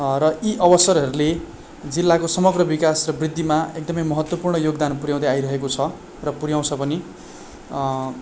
र यी अवसरहरूले जिल्लाको समग्र विकास र वृद्धिमा एकदमै महत्त्वपूर्ण योगदान पुर्याउँदै आइरहेको छ र पुर्याउँछ पनि